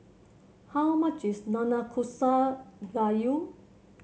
how much is Nanakusa Gayu